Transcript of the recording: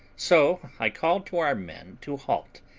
so i called to our men to halt,